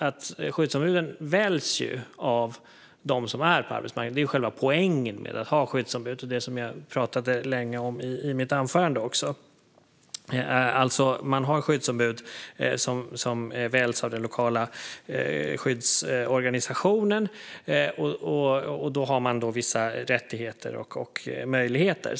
Skyddsombuden väljs ju av dem som är på arbetsmarknaden. Det är själva poängen med att ha skyddsombud, vilket jag pratade länge om i mitt anförande. Man har alltså skyddsombud som väljs av den lokala skyddsorganisationen, och då har man vissa rättigheter och möjligheter.